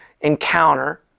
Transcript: encounter